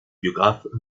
biographes